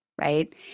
Right